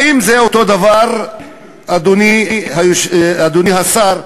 האם זה אותו דבר, אדוני השר,